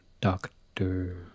Doctor